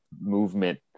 movement